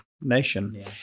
nation